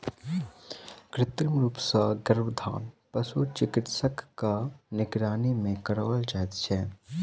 कृत्रिम रूप सॅ गर्भाधान पशु चिकित्सकक निगरानी मे कराओल जाइत छै